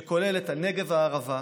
שכוללת את הנגב והערבה,